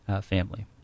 family